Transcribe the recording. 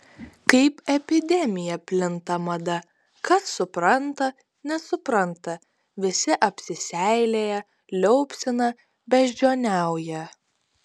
kaip epidemija plinta mada kas supranta nesupranta visi apsiseilėję liaupsina beždžioniauja